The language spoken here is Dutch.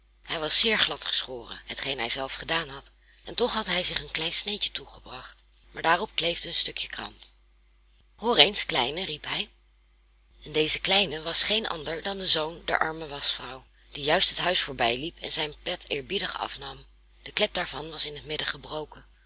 hij was zeer glad geschoren hetgeen hij zelf gedaan had en toch had hij zich een klein sneetje toegebracht maar daarop kleefde een stukje krant hoor eens kleine riep hij en deze kleine was geen ander dan de zoon der arme waschvrouw die juist het huis voorbijliep en zijn pet eerbiedig afnam de klep daarvan was in het midden gebroken